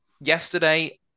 Yesterday